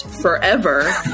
forever